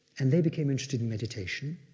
and they became interested in meditation,